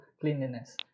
cleanliness